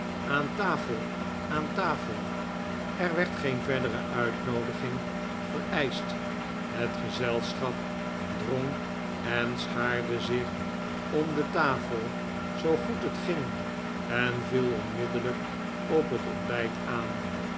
aan tafel aan tafel er werd geen verdere uitnoodiging vereischt het gezelschap drong en schaarde zich om de tafel zoo goed het ging en viel onmiddellijk op het ontbijt aan